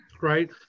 Right